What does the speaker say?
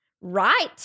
Right